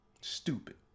Stupid